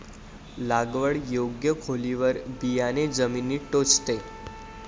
लागवड योग्य खोलीवर बियाणे जमिनीत टोचते